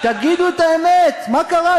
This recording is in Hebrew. תגידו את האמת, מה קרה?